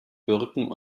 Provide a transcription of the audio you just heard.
birken